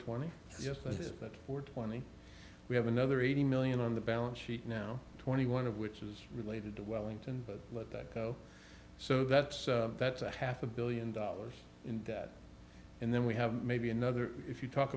twenty yes i think that for twenty we have another eighty million on the balance sheet now twenty one of which is related to wellington but let that go so that's that's a half a billion dollars in debt and then we have maybe another if you talk